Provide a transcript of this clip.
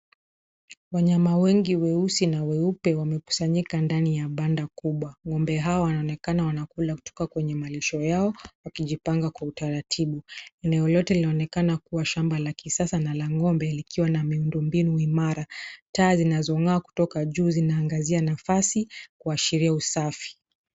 Wanyama wengi weusi na weupe, wamekusanyika ndani ya banda kubwa. Ng'ombe hao wanaonekana wanakula kutoka kwenye malisho yao, wakijipanga kwa utaratibu, eneo yote linaonekana kuwa shamba la kisasa na la ng'ombe, likiwa na miundo mbinu imara. Taa zinazong'aa kutoka juu zinaangazia nafasi, kuashiria usafi.